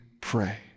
pray